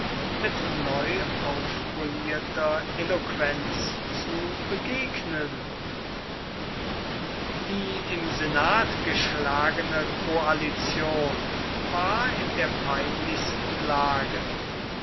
mit neu aufpolierter eloquenz zu begegnen die im senat geschlagene koalition war in der peinlichsten lage